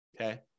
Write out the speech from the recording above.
Okay